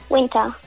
Winter